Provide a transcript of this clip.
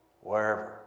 wherever